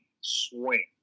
swing